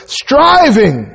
striving